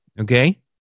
okay